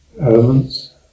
elements